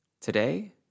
Today